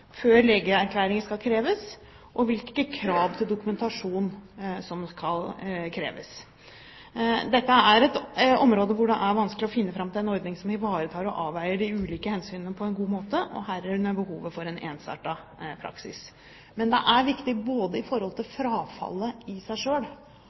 før legeerklæring skal kreves, og hvilke krav til dokumentasjon som skal kreves. Dette er et område hvor det er vanskelig å finne fram til en ordning som ivaretar og avveier de ulike hensynene på en god måte, herunder behovet for en ensartet praksis. Men det er viktig når det gjelder både frafallet i seg selv og de holdningene som elever får til